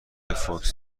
فوکس